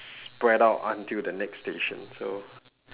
spread out until the next station so